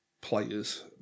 players